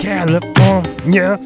California